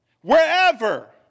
wherever